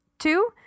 Two